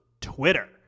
Twitter